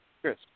Chris